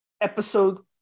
episode